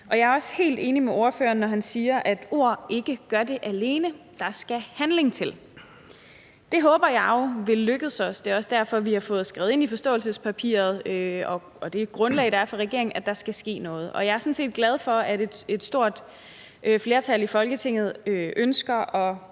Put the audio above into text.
er også helt enig med ordføreren, når han siger, at ord ikke gør det alene; der skal handling til. Det håber jeg jo vil lykkes os. Det er også derfor, at vi har fået skrevet ind i forståelsespapiret og det grundlag, der er for regeringen, at der skal ske noget, og jeg er sådan set glad for, at et stort flertal i Folketinget ønsker at